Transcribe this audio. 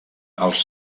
els